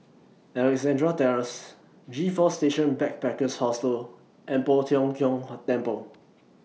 Alexandra Terrace G four Station Backpackers Hostel and Poh Tiong Kiong Temple